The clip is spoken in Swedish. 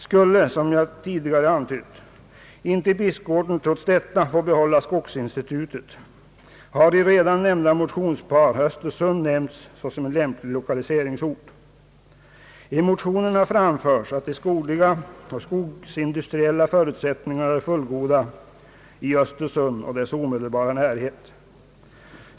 Skulle, som tidigare antytts, inte Bispgården trots detta få behålla skogsinstitutet har i redan nämnda motionspar Östersund nämnts såsom en lämplig lokaliseringsort. I motionerna anföres att de skogliga och skogsindustriella förutsättningarna är fullgoda i Östersund och dess omedelbara närhet.